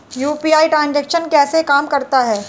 UPI transaction कैसे काम करता है?